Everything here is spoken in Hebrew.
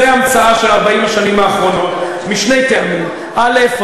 זו המצאה של 40 השנים האחרונות, משני טעמים: א.